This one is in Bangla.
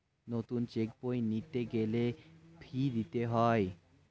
নতুন চেক বই নিতে গেলে ফি দিতে হয়